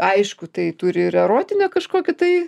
aišku tai turi ir erotinę kažkokią tai